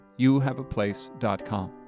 youhaveaplace.com